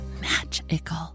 magical